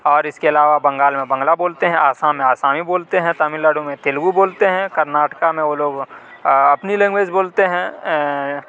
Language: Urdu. اور اس کے علاوہ بنگال میں بنگلہ بولتے ہیں آسام میں آسامی بولتے ہیں تامل ناڈو میں تیلگو بولتے ہیں کرناٹکا میں وہ لوگ اپنی لینگویج بولتے ہیں